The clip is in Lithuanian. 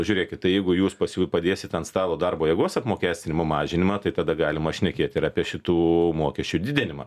žiūrėkit tai jeigu jūs pas jų padėsit ant stalo darbo jėgos apmokestinimo mažinimą tai tada galima šnekėt ir apie šitų mokesčių didinimą